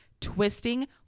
twisting